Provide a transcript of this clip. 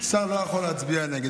שר לא יכול להצביע נגד.